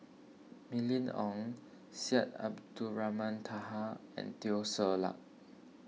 Mylene Ong Syed Abdulrahman Taha and Teo Ser Luck